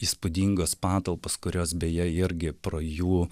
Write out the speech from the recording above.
įspūdingos patalpos kurios beje irgi pro jų